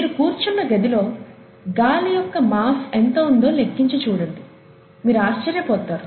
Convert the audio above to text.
మీరు కూర్చున్న గదిలో గాలి యొక్క మాస్ ఎంత ఉందో లెక్కించి చూడండి మీరు ఆశ్చర్యపోతారు